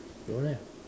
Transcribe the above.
don't have